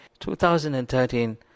2013